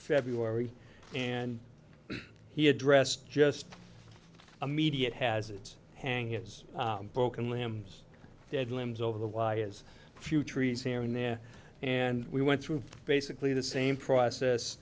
february and he addressed just a mediate has it hang it's broken limbs dead limbs over the wires few trees here and there and we went through basically the same process